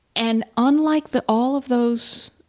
and unlike the all of those,